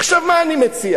עכשיו, מה אני מציע?